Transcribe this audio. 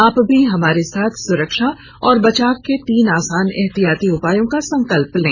आप भी हमारे साथ सुरक्षा और बचाव के तीन आसान एहतियाती उपायों का संकल्प लें